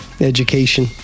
education